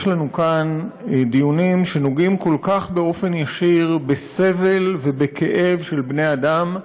יש לנו כאן דיונים שנוגעים באופן ישיר כל כך בסבל ובכאב של בני-אדם,